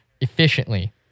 efficiently